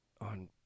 on